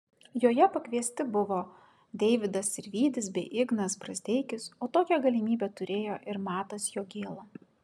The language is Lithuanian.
joje pakviesti buvo deividas sirvydis bei ignas brazdeikis o tokią galimybę turėjo ir matas jogėla